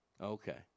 Okay